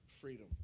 freedom